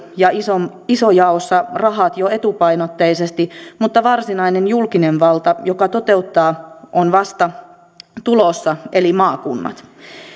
ja isojaossa rahat jo etupainotteisesti mutta varsinainen julkinen valta joka toteuttaa on vasta tulossa eli maakunnat